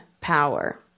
power